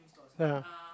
ya